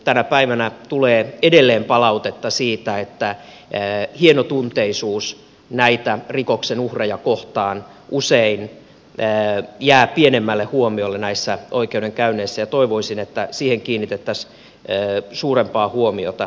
tänä päivänä tulee edelleen palautetta siitä että hienotunteisuus näitä rikoksen uhreja kohtaan usein jää pienemmälle huomiolle näissä oikeudenkäynneissä ja toivoisin että siihen kiinnitettäisiin suurempaa huomiota